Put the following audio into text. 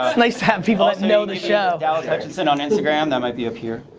um nice to have people that know the show. dallas hutchinson on instagram. that might be up here.